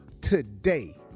today